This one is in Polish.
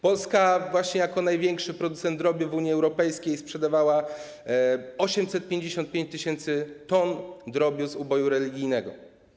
Polska jako największy producent drobiu w Unii Europejskiej sprzedawała 855 tys. t drobiu z uboju religijnego.